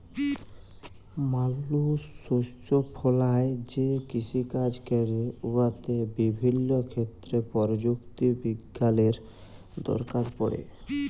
মালুস শস্য ফলাঁয় যে কিষিকাজ ক্যরে উয়াতে বিভিল্য ক্ষেত্রে পরযুক্তি বিজ্ঞালের দরকার পড়ে